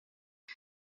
but